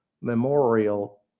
memorial